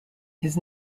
his